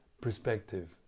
perspective